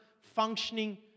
functioning